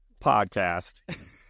Podcast